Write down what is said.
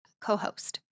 co-host